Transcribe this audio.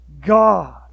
God